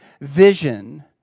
vision